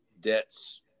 debts